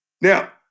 Now